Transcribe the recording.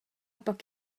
pak